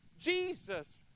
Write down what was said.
Jesus